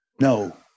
No